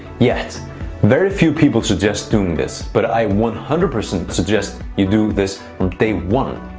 yet very few people suggest doing this but i one hundred percent suggest you do this from day one.